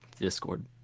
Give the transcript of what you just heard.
Discord